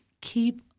keep